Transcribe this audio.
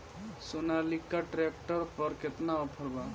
Sonalika tractor पर केतना offer बा?